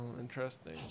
interesting